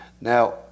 Now